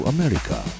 America